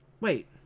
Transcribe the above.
wait